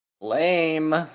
Lame